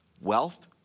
wealth